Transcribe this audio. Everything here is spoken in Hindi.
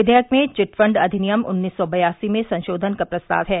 विधेयक में चिट फंड अधिनियम उन्नीस सौ बयासी में संशोधन का प्रस्ताव है